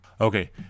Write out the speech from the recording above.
Okay